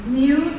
new